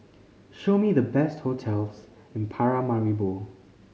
show me the best hotels in Paramaribo